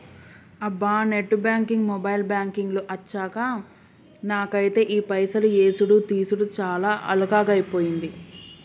అబ్బా net banking mobile banking లు అచ్చాక నాకైతే ఈ పైసలు యేసుడు తీసాడు చాలా అల్కగైపోయింది